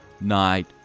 night